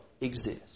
exist